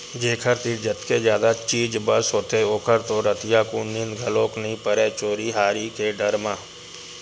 जेखर तीर जतके जादा चीज बस होथे ओखर तो रतिहाकुन नींद घलोक नइ परय चोरी हारी के डर म